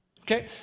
Okay